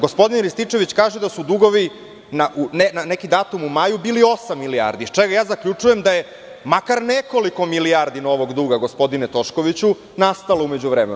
Gospodine Rističević kaže da su dugovi na neki datum u maju bili osam milijardi, iz čega zaključujem da je makar nekoliko milijardi novog duga, gospodine Toškoviću, nastalo u međuvremenu.